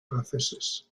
franceses